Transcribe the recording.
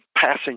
passing